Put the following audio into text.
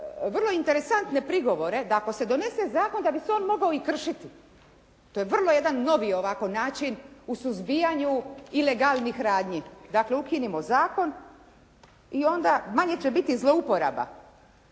vrlo interesantne prigovore da ako se donese zakon da bi se on mogao i kršiti. To je vrlo jedan novi ovako način u suzbijanju ilegalnih radnji. Dakle, ukinimo zakon i onda manje će biti zlouporaba.